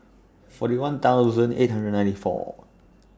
forty one thousand eight hundred ninety four